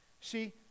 See